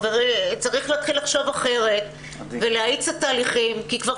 צריך להתחיל לחשוב אחרת ולהאיץ תהליכים כי כבר